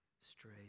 stray